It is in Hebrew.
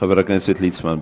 חבר הכנסת ליצמן.